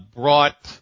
brought